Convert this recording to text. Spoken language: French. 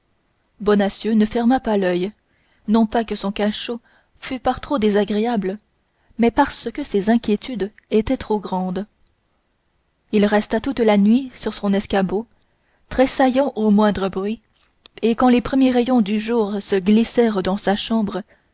bonacieux ne ferma pas l'oeil non pas que son cachot fût par trop désagréable mais parce que ses inquiétudes étaient trop grandes il resta toute la nuit sur son escabeau tressaillant au moindre bruit et quand les premiers rayons du jour se glissèrent dans sa chambre